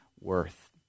worth